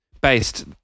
based